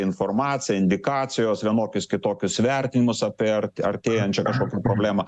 informaciją indikacijos vienokius kitokius vertinimus apie ar artėjančią kažkokią problemą